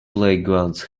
playgrounds